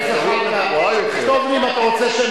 וטוב שכך.